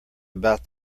about